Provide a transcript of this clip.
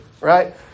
Right